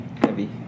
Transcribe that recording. Heavy